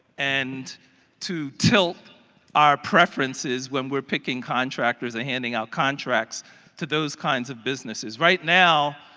and to tilt our preferences when we are picking contractors and handing out contracts to those kinds of businesses. right now,